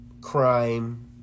crime